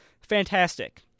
fantastic